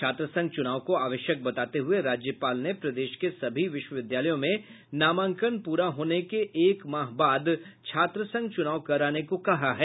छात्र संघ चुनाव को आवश्यक बताते हुए राज्यपाल ने प्रदेश के सभी विश्वविद्यालयों में नामांकन प्रा होने के एक माह बाद छात्र संघ चुनाव कराने को कहा है